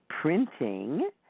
printing